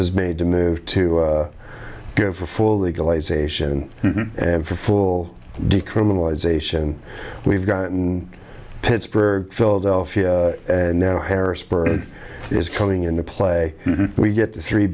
is made to move to give for full legalization and for full decriminalization we've gotten pittsburgh philadelphia and now harrisburg is coming into play we get the three